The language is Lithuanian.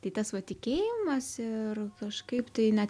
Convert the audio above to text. tai tas va tikėjimas ir kažkaip tai net